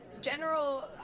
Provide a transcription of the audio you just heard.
general